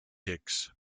hicks